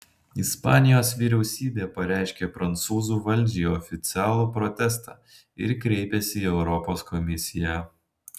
ispanijos vyriausybė pareiškė prancūzų valdžiai oficialų protestą ir kreipėsi į europos komisiją